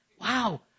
Wow